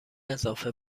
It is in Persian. اضافه